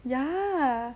ya